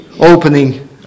Opening